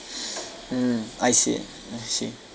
mm I see I see